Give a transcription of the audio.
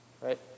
Right